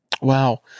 Wow